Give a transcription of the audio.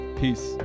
Peace